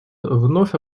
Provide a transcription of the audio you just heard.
вновь